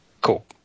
Cool